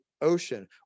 ocean